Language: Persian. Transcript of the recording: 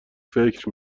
فکر